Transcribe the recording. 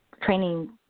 Training